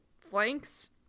flanks